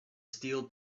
steel